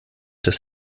dass